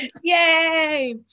yay